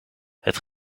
het